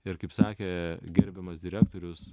ir kaip sakė gerbiamas direktorius